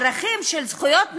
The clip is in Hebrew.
ערכים של זכויות נשים,